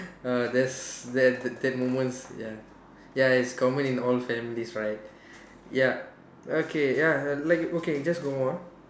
err there's there that moments ya ya it's common in all families right ya okay ya uh like okay just go on